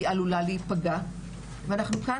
היא עלולה להיפגע ואנחנו כאן,